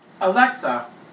Alexa